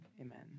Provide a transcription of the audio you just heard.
amen